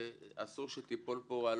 אסור שהיא תיפול פה על: